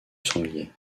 sanglier